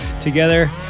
together